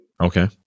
Okay